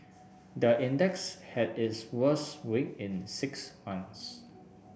the index had its worst week in six months